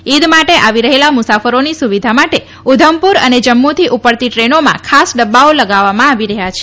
ઈદ માટે આવી રહેલા મુસાફરોની સુવિધા માટે ઉધમપુર અને જમ્મુથી ઉપડતી ટ્રેનોમાં ખાસ ડબ્બાઓ લગાવવામાં આવી રહ્યાં છે